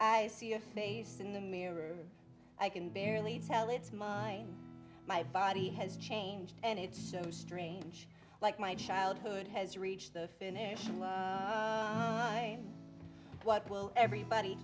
i see your face in the mirror i can barely tell it's my my body has changed and it's so strange like my childhood has reached the finish what will everybody